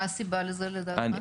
מה הסיבה לזה, לדעתך?